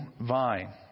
vine